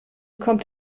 kommt